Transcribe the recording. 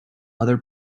other